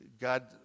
God